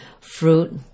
fruit